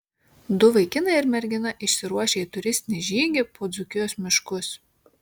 du vaikinai ir mergina išsiruošia į turistinį žygį po dzūkijos miškus